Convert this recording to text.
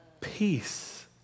peace